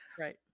Right